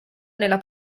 nella